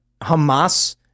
Hamas